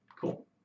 Cool